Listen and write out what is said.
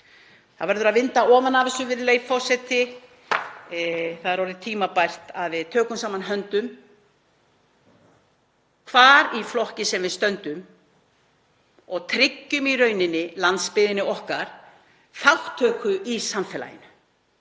Það verður að vinda ofan af þessu, virðulegi forseti. Það er orðið tímabært að við tökum saman höndum, hvar í flokki sem við stöndum, og tryggjum landsbyggðinni okkar þátttöku í samfélaginu